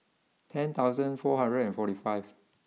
ten thousand four hundred and forty five